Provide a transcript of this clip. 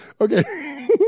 Okay